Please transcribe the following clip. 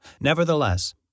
Nevertheless